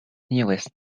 newest